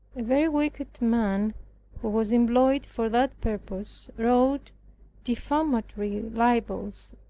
a very wicked man who was employed for that purpose, wrote defamatory libels,